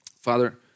Father